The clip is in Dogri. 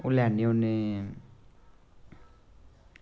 ओह् लैन्ने होन्ने